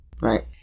right